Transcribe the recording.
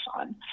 on